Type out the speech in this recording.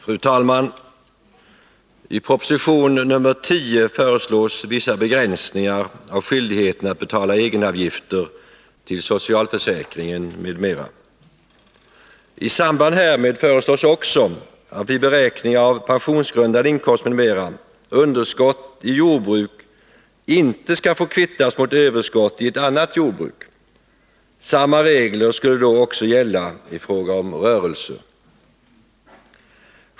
Fru talman! I proposition nr 10 föreslås vissa begränsningar av skyldigheten att betala egenavgifter till socialförsäkringen m.m. I samband härmed föreslås också att vid beräkningen av pensionsgrundande inkomst m.m. underskott i jordbruk inte skall få kvittas mot överskott i ett annat jordbruk. Samma regler skulle då också gälla i fråga om rörelse.